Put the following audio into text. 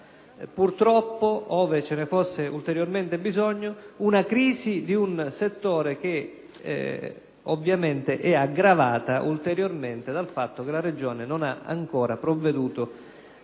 purtroppo, ove ve ne fosse ulteriormente bisogno, una crisi di un settore, che ovviamente è aggravata dal fatto che la Regione non ha ancora provveduto